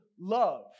love